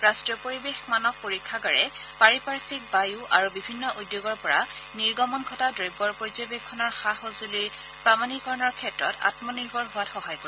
ৰাষ্ট্ৰীয় পৰিৱেশ মানক পৰীক্ষাগাৰে পাৰিপাৰ্থিক বায়ু আৰু বিভিন্ন উদ্যোগৰ পৰা নিৰ্গমন ঘটা দ্ৰব্যৰ পৰ্যব্যক্ষণৰ সা সঁজুলিৰ প্ৰামাণিকৰণৰ ক্ষেত্ৰত আত্মনিৰ্ভৰ হোৱাত সহায় কৰিব